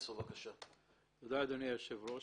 תודה, אדוני היושב-ראש.